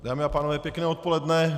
Dámy a pánové, pěkné odpoledne.